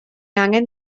angen